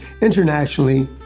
internationally